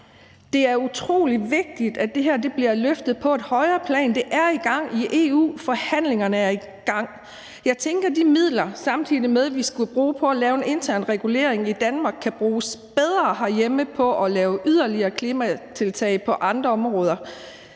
Det er utrolig vigtigt, at det her bliver løftet på et højere plan. Det er i gang i EU. Forhandlingerne er i gang. Jeg tænker, at de midler, samtidig med at vi skal lave en intern regulering i Danmark, kan bruges bedre herhjemme på at lave yderligere klimatiltag på andre områder.